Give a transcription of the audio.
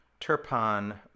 Turpan